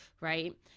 right